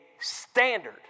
standard